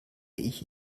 ich